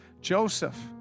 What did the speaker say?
Joseph